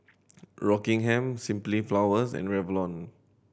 Rockingham Simply Flowers and Revlon